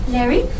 Larry